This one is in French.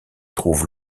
trouve